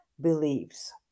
believes